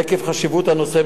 עקב חשיבות הנושא,